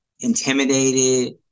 intimidated